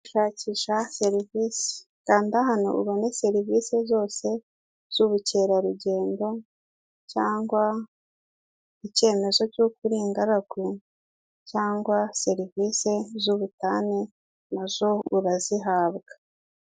Shakisha serivisi, kanda hano ubone serivisi zose z'ubukerarugendo cyangwa ikemezo cy'uko uri ingaragu, cyangwa serivise z'ubutane nazo urazihabwa.